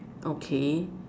okay